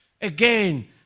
again